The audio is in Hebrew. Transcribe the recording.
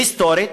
היסטורית,